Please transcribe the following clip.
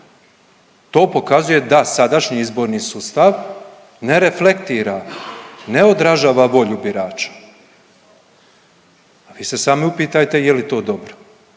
To pokazuje da sadašnji izborni sustav ne reflektira, ne odražava volju birača. Vi se samim upitajte je li to dobro.